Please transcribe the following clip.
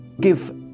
give